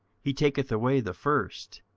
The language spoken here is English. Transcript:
he taketh away the first,